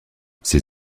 ses